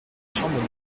chambre